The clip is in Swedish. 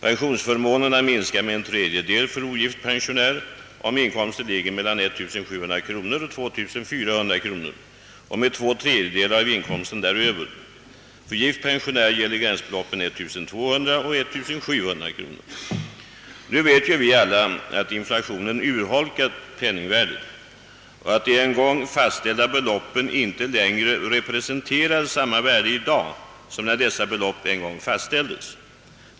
Pensionsförmånerna minskar med en tredjedel för ogift pensionär om inkomsten ligger mellan 1700 och 2400 kronor och med två tredjedelar vid inkomster däröver. För gift pensionär är gränsbeloppen 1200 respektive 1700 kronor. Vi vet alla att inflationen har urholkat penningvärdet och att de en gång fastställda beloppen i dag inte representerar samma värde som när de fastställdes.